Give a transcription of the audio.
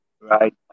right